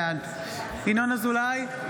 בעד ינון אזולאי,